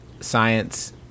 science